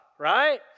right